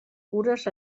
cures